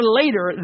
later